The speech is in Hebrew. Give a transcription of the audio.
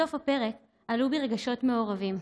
בסוף הפרק עלו בי רגשות מעורבים.